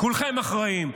כולכם אחראים.